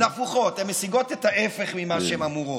אז הן הפוכות, הן משיגות את ההפך ממה שהן אמורות,